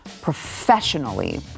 professionally